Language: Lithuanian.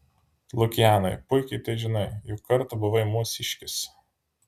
lukianai puikiai tai žinai juk kartą buvai mūsiškis